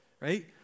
right